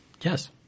Yes